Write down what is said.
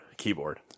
keyboard